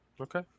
Okay